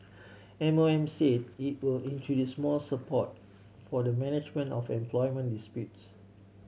M O M said it will introduce more support for the management of employment disputes